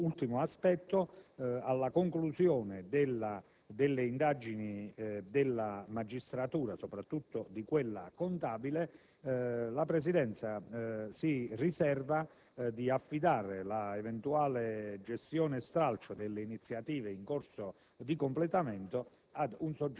ultimo aspetto: alla conclusione delle indagini della magistratura, soprattutto di quella contabile, la Presidenza si riserva di affidare l'eventuale gestione stralcio delle iniziative in corso di completamento ad un soggetto